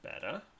Better